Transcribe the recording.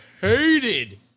hated